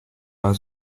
bajo